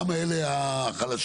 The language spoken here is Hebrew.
גם אלה החלשים,